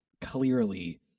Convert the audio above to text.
clearly